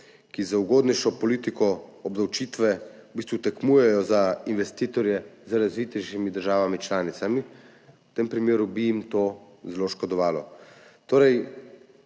ki z ugodnejšo politiko obdavčitve v bistvu tekmujejo za investitorje z razvitejšimi državami članicami, zelo škodovalo.